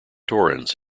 torrens